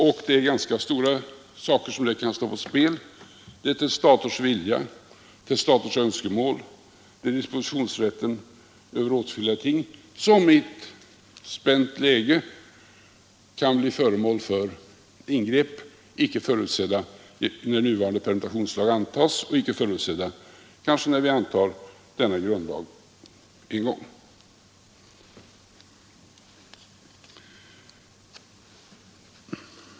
Och det är ganska stora saker som där kan stå på spel: testators vilja, testators önskemål, dispositionsrätten över åtskilliga ting som i ett spänt läge kan bli föremål för ingrepp, icke förutsedda när den permutationslagen antogs och inte förutsedda när vi en gång antar denna grundlag.